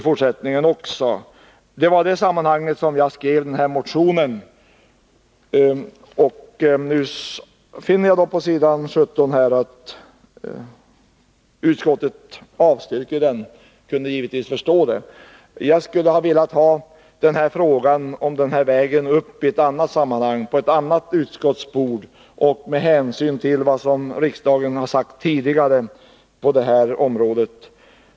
Det var mot den här bakgrunden jag skrev min motion, och jag finner alltså i betänkandet att utskottet avstyrker den. Jag kan givetvis förstå det, men jag skulle vilja få upp frågan om den här vägen i ett annat sammanhang, på ett annat utskotts bord, med hänsyn till vad riksdagen tidigare har sagt om detta.